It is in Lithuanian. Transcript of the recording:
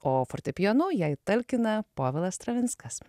o fortepijonu jai talkina povilas stravinskas